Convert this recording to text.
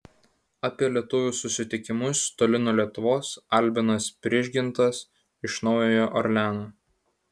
apie lietuvių susitikimus toli nuo lietuvos albinas prižgintas iš naujojo orleano